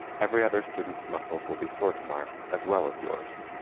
every other student's muscles will be sore tomorrow, as well as yours.